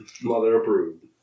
mother-approved